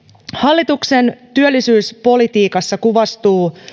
hallituksen työllisyyspolitiikassa kuvastuu